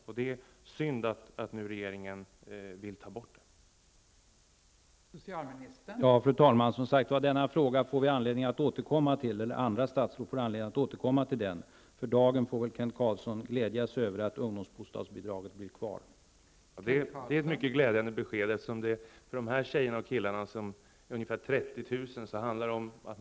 Det är därför synd att regeringen nu vill ta bort detta stöd.